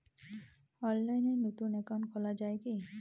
অনলাইনে নতুন একাউন্ট খোলা য়ায় কি?